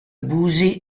abusi